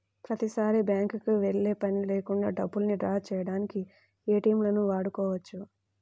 ప్రతిసారీ బ్యేంకుకి వెళ్ళే పని లేకుండా డబ్బుల్ని డ్రా చేయడానికి ఏటీఎంలను వాడుకోవచ్చు